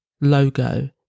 logo